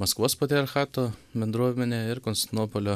maskvos patriarchato bendruomenė ir konstantinopolio